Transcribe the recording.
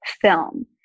film